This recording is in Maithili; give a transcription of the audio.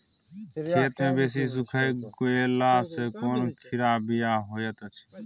खेत मे बेसी सुइख गेला सॅ कोनो खराबीयो होयत अछि?